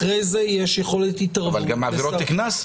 אחרי זה יש יכולת התערבות --- אבל גם עבירות קנס.